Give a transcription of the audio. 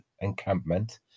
encampment